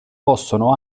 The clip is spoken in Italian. possono